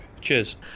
Cheers